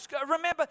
remember